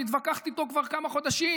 היא מתווכחת איתו כבר כמה חודשים